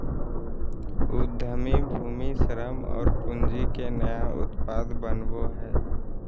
उद्यमी भूमि, श्रम और पूँजी के नया उत्पाद बनावो हइ